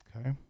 Okay